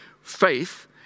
faith